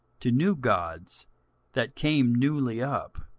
to new gods that came newly up,